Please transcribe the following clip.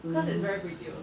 uh